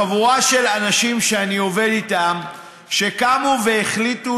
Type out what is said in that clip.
חבורה של אנשים שאני עובד איתם קמו והחליטו